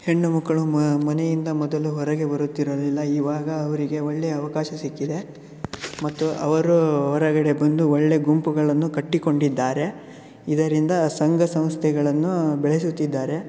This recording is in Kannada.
ಹೆಣ್ಣುಮಕ್ಕಳು ಮ ಮನೆಯಿಂದ ಮೊದಲು ಹೊರಗೆ ಬರುತ್ತಿರಲಿಲ್ಲ ಇವಾಗ ಅವರಿಗೆ ಒಳ್ಳೆಯ ಅವಕಾಶ ಸಿಕ್ಕಿದೆ ಮತ್ತು ಅವರು ಹೊರಗಡೆ ಬಂದು ಒಳ್ಳೆಯ ಗುಂಪುಗಳನ್ನು ಕಟ್ಟಿಕೊಂಡಿದ್ದಾರೆ ಇದರಿಂದ ಸಂಘ ಸಂಸ್ಥೆಗಳನ್ನು ಬೆಳೆಸುತ್ತಿದ್ದಾರೆ